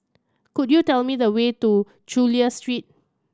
could you tell me the way to Chulia Street